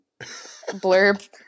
blurb